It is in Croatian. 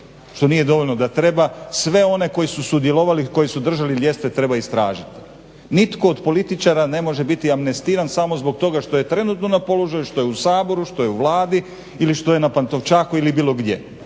nije dovoljno. Da treba sve one koji su sudjelovali, koji su držali ljestve treba istražiti. Nitko od političara ne može biti amnestiran samo zbog toga što je trenutno na položaju, što je u Saboru, što je u Vladi ili što je na Pantovčaku ili bilo gdje.